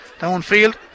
downfield